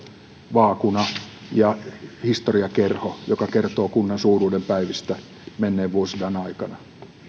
vaakuna ja historiakerho joka kertoo kunnan suuruuden päivistä menneen vuosisadan aikana